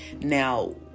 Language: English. now